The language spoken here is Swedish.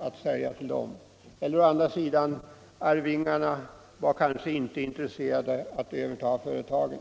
att sälja till dem — eller att arvingarna å sin sida kanske inte var intresserade av att överta företaget.